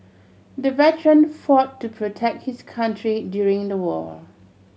the veteran fought to protect his country during the war